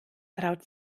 traut